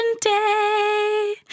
day